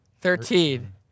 Thirteen